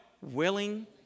Willing